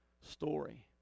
story